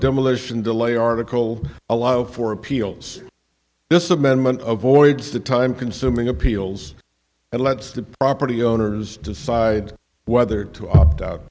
demolition delay article allow for appeals this amendment voids the time consuming appeals and lets the property owners decide whether to opt out